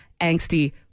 angsty